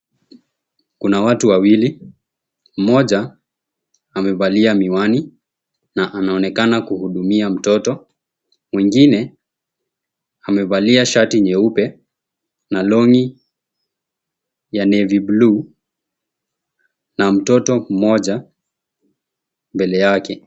Kuna watu wawili. Mmoja amevalia miwani na anaonekana kuhudumia mtoto. Mwingine amevalia shati nyeupe na long'i ya navy blue na mtoto mmoja mbele yake.